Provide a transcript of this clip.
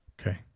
Okay